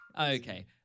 Okay